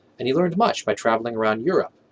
and he learned much by travelling around europe.